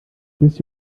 bist